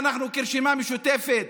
אנחנו כרשימה משותפת,